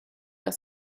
aus